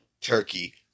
Turkey